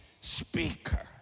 speaker